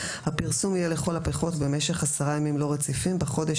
הפרסום יהיה לכל הפחות במשך עשרה ימים לא רציפים בחודש